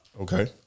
Okay